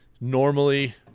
normally